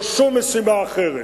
לא שום משימה אחרת.